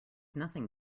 nothing